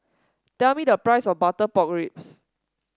tell me the price of Butter Pork Ribs